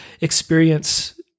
experience